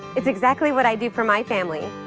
it's exactly what i do for my family.